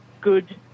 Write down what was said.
good